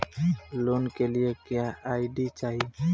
Loan के लिए क्या आई.डी चाही?